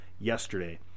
yesterday